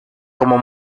como